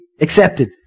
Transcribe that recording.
accepted